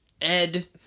Ed